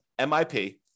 MIP